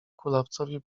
kulawcowi